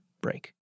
break